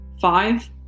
five